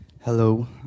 Hello